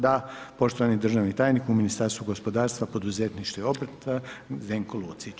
Da, poštovani državni tajnik u Ministarstvu gospodarstva, poduzetništva i obrta Zdenko Lucić.